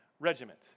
Regiment